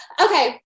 Okay